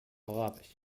arabisch